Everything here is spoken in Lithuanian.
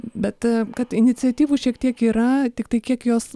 bet kad iniciatyvų šiek tiek yra tiktai kiek jos